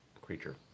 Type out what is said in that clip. creature